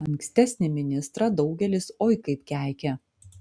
ankstesnį ministrą daugelis oi kaip keikė